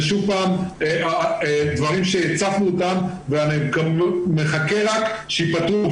זה דברים שהצפנו אותם ואני מחכה רק שייפתרו.